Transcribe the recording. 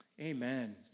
Amen